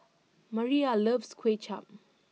Mariah loves Kuay Chap